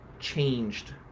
changed